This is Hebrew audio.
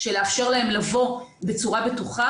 לאפשר להם לבוא בצורה בטוחה.